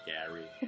Gary